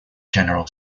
general